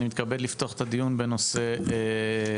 אני מתכבד לפתוח את הדיון בנושא תקציבי